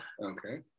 Okay